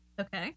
Okay